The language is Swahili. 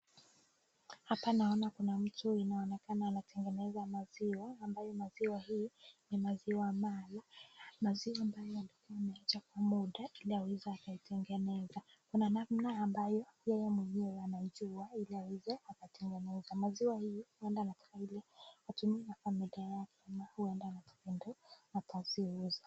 Hapa naona kuna mtu inaonekana anatengeneza maziwa ambayo maziwa hii ni maziwa mala .Maziwa ambayo alikuwa ameacha kwa muda ili aweze akaitengeneza .Kuna namna ambayo yeye mwenyewe anaijua ili aweze akatengeneza. Maziwa hii huenda kutumika na familia yake ama huenda anatengeneza ili akaiuza.